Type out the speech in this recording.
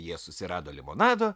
jie susirado limonado